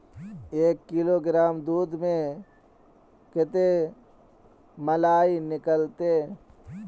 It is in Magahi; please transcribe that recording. एक किलोग्राम दूध में कते मलाई निकलते?